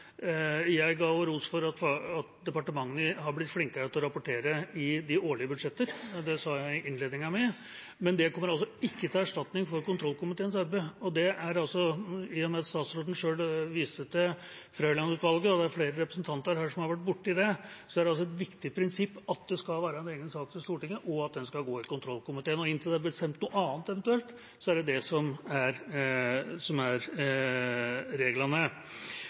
blitt flinkere til å rapportere i de årlige budsjettene. Det sa jeg i innledningen min. Men det kommer altså ikke til erstatning for kontrollkomiteens arbeid. I og med at statsråden selv viste til Frøiland-utvalget, og det er flere representanter her som har vært innom det: Det er et viktig prinsipp at det skal være en egen sak til Stortinget, og at den skal gå i til kontrollkomiteen. Inntil det eventuelt er bestemt noe annet, er det det som er reglene. Jeg håper virkelig at statsråden følger opp det. Så vil det være mulig å komme tilbake til flere spørsmål knyttet til fagkomiteen, hvis det